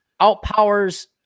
outpowers